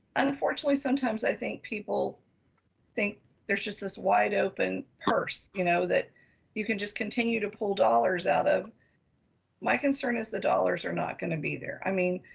unfortunately, sometimes i think people think there's just this wide open purse, you know that you can just continue to pull dollars out of my concern is the dollars are not gonna be there. i mean,